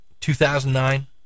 2009